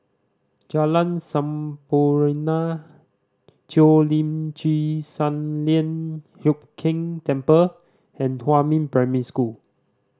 Jalan Sampurna Cheo Lim Chin Sun Lian Hup Keng Temple and Huamin Primary School